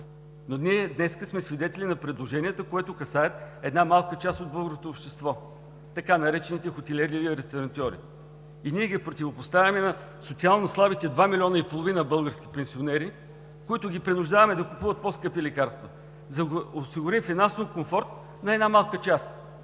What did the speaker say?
друго. Днес сме свидетели на предложенията, които касаят една малка част от българското общество – така наречените хотелиери и ресторантьори, и ние ги противопоставяме на социално слабите два милиона и половина български пенсионери, които принуждаваме да купуват по-скъпи лекарства, за да осигурим финансовия комфорт на една малка част,